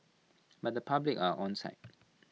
but the public are onside